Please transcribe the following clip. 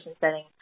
setting